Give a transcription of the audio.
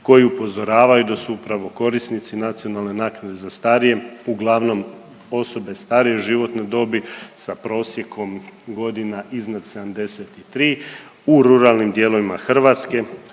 koji upozoravaju da su upravo korisnici nacionalne naknade za starije uglavnom osobe starije životne dobi sa prosjekom godina iznad 73 u ruralnim dijelovima Hrvatske